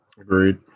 Agreed